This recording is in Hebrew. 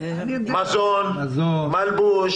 לעניין חובת מעסיק וחובת מחזיק או מפעיל של מקום הפתוח לציבור